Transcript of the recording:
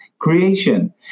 creation